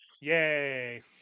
yay